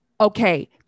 Okay